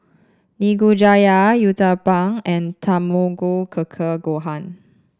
Nikujaga Uthapam and Tamago Kake Gohan